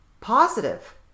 positive